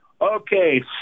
Okay